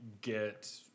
get